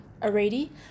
Already